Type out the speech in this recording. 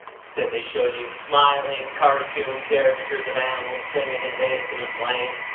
instead they show you smiling cartoon caricatures of animals singing and dancing and playing,